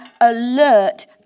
alert